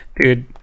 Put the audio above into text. dude